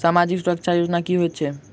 सामाजिक सुरक्षा योजना की होइत छैक?